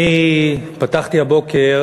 אני פתחתי הבוקר